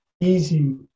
easy